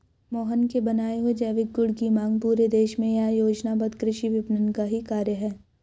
मोहन के बनाए हुए जैविक गुड की मांग पूरे देश में यह योजनाबद्ध कृषि विपणन का ही कार्य है